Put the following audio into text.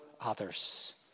others